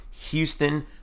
Houston